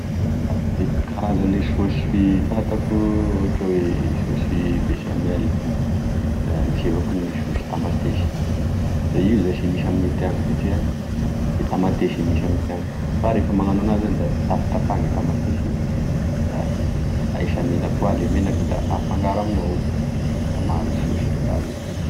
E karazagne saosy fantako ohatry oe saosy bechamel, da misy avao koa gne saosy tamatesy da io zashy e misy amigne tiagna satria gne tamatesy ro misy ame tiagna fa refa magnano anazy zany da tapatapahy gne tamatesy da ahisy amigne lapoaly ny menaky da afangaro amignao ao izy da mahazo saosy refa avy eo.